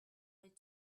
would